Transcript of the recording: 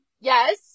Yes